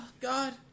god